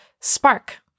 spark